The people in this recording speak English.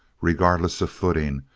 regardless of footing,